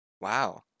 wow